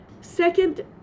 second